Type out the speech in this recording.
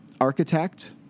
architect